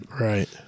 Right